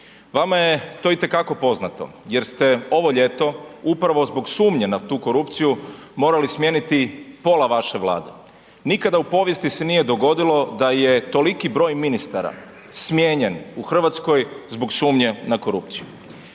Vama je to i te kako poznato jer ste ovo ljeto upravo zbog sumnje na tu korupciju morali smijeniti pola vaše Vlade. Nikada u povijesti se nije dogodilo da je toliki broj ministara smijenjen u Hrvatskoj zbog sumnje na korupciju.